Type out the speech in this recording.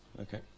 Okay